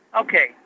Okay